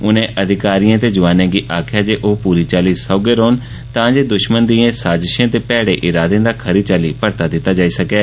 उनें अधिकारिएं ते जोआनें गी आक्खेआ जे पूरी चाल्ली सौहगे रौहने तां जे दुष्मन दिएं साजषें ते मैड़े इरादे दा खरी चाल्ली परता दित्ता जाई सके